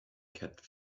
kept